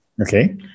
Okay